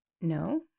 No